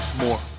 more